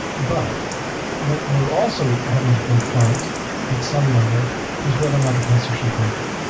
but what we're also having to confront at some level is whether another country is broken.